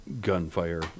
gunfire